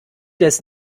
des